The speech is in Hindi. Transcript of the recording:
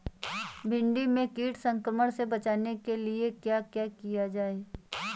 भिंडी में कीट संक्रमण से बचाने के लिए क्या किया जाए?